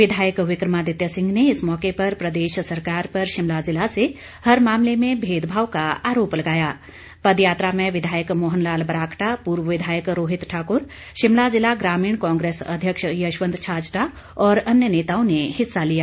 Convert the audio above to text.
विधायक विक्रमादित्य सिंह ने इस मौके पर प्रदेश सरकार पर शिमला जिला से हर मामले में भेदभाव का आरोप लगाया पदयात्रा में विधायक मोहन लाल ब्राक्टा पूर्व विधायक रोहित ठाकुर शिमला जिला ग्रामीण कांग्रेस अध्यक्ष यशवंत छाजटा और अन्य नेताओं ने हिस्सा लिया